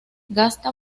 gasta